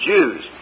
Jews